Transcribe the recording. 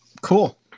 Cool